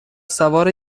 سوار